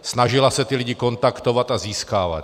Snažila se ty lidi kontaktovat a získávat je.